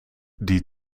die